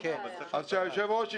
אדוני היושב-ראש,